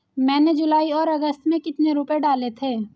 मैंने जुलाई और अगस्त में कितने रुपये डाले थे?